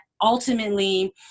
ultimately